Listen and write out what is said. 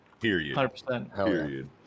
period